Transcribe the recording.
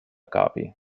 copy